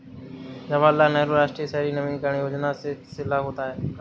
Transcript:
जवाहर लाल नेहरू राष्ट्रीय शहरी नवीकरण योजना से किसे लाभ होता है?